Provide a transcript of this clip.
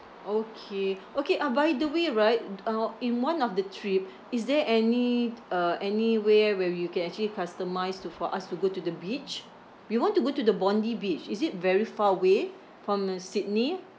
okay okay uh by the way right uh in one of the trip is there any uh anywhere where where you can actually customise to for us to go to the beach we want to go to the bondi beach is it very far away from uh sydney